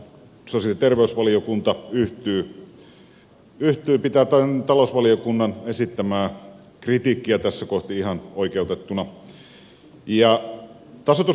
sosiaali ja terveysvaliokunta pitää talousvaliokunnan esittämää kritiikkiä tässä kohden ihan oikeutettuna